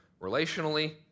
relationally